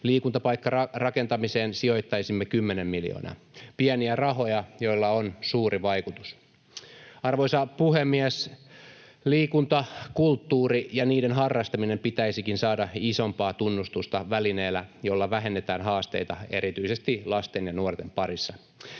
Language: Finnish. Liikuntapaikkarakentamiseen sijoittaisimme kymmenen miljoonaa — pieniä rahoja, joilla on suuri vaikutus. Arvoisa puhemies! Liikunnan, kulttuurin ja niiden harrastamisen pitäisikin saada isompaa tunnustusta välineenä, jolla vähennetään haasteita erityisesti lasten ja nuorten parissa.